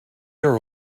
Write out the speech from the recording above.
are